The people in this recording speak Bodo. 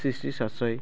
स्रि स्रि स्रा स्राइ